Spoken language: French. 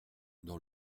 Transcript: dans